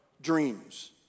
dreams